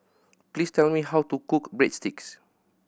please tell me how to cook Breadsticks